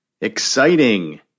exciting